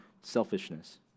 selfishness